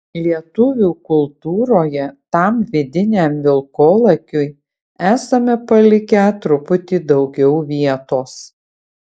lietuvių kultūroje tam vidiniam vilkolakiui esame palikę truputį daugiau vietos